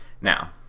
Now